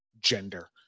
gender